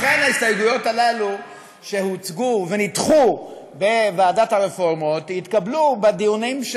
ואכן ההסתייגויות הללו שהוצגו ונדחו בוועדת הרפורמות יתקבלו בדיונים,